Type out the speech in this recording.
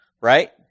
right